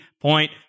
point